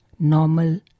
Normal